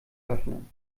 öffnen